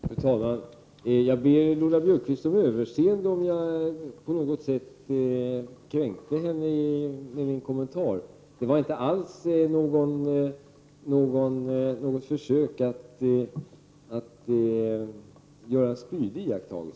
Fru talman! Jag ber Lola Björkquist om överseende om jag på något sätt kränkte henne genom min kommentar. Det var inte alls något försök att vara spydig.